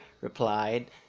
replied